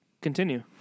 Continue